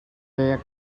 pek